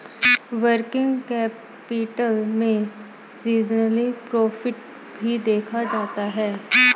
working capital में seasonal profit भी देखा जाता है